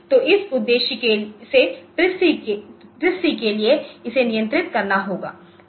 तो इस उद्देश्य से TRISC के लिए इसे नियंत्रित करना होगा